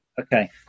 Okay